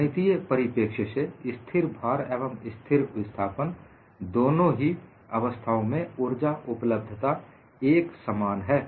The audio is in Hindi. गणितीय परिपेक्ष्य से स्थिर भार एवं स्थिर विस्थापन दोनों ही अवस्थाओं में ऊर्जा उपलब्धता एक समान है